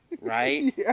Right